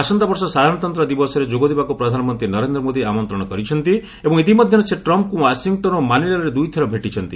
ଆସନ୍ତାବର୍ଷ ସାଧାରଣତନ୍ତ୍ର ଦିବସରେ ଯୋଗଦେବାକୁ ପ୍ରଧାନମନ୍ତ୍ରୀ ନରେନ୍ଦ୍ର ମୋଦି ଆମନ୍ତ୍ରଣ କରିଛନ୍ତି ଏବଂ ଇତିମଧ୍ୟରେ ସେ ଟ୍ରମ୍ପ୍ଙ୍କୁ ୱାର୍ଶିଟନ ଓ ମାନିଲାରେ ଦୁଇଥର ଭେଟିଛନ୍ତି